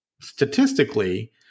statistically –